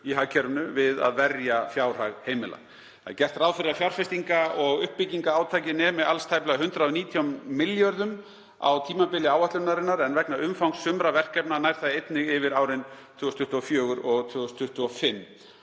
í hagkerfinu við að verja fjárhag heimila. Gert ráð fyrir að fjárfestingar- og uppbyggingarátakið nemi alls tæplega 119 milljörðum á tímabili áætlunarinnar, en vegna umfangs sumra verkefna nær það einnig yfir á árin 2024 og 2025.